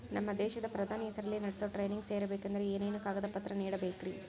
ನಮ್ಮ ದೇಶದ ಪ್ರಧಾನಿ ಹೆಸರಲ್ಲಿ ನಡೆಸೋ ಟ್ರೈನಿಂಗ್ ಸೇರಬೇಕಂದರೆ ಏನೇನು ಕಾಗದ ಪತ್ರ ನೇಡಬೇಕ್ರಿ?